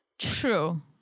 True